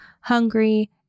hungry